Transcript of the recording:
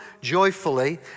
joyfully